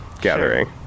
gathering